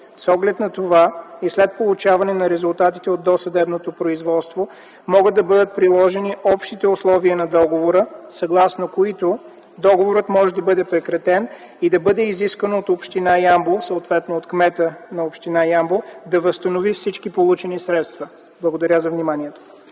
С оглед на това и след получаване на резултатите от досъдебното производство, могат да бъдат приложени общите условия на договора, съгласно които договорът може да бъде прекратен и да бъде изискано от община Ямбол, съответно от кмета на община Ямбол, да възстанови всички получени средства. Благодаря за вниманието.